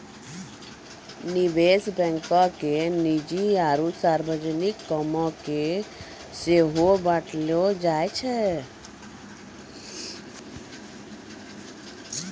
निवेश बैंको के निजी आरु सार्वजनिक कामो के सेहो बांटलो जाय छै